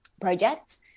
projects